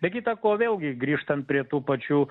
be kita ko vėlgi grįžtant prie tų pačių